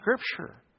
Scripture